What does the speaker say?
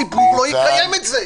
הציבור לא יקיים את זה.